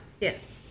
Yes